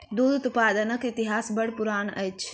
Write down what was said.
दूध उत्पादनक इतिहास बड़ पुरान अछि